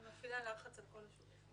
אני מפעילה לחץ על כל השותפים.